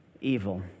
evil